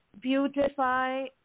beautify